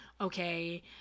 okay